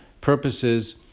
purposes